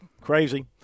crazy